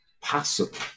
possible